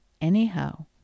anyhow